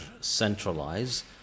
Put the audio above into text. centralize